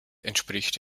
entspricht